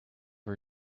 her